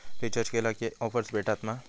Recharge केला की offers भेटात मा?